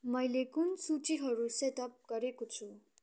मैले कुन सूचीहरू सेटअप गरेको छु